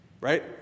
right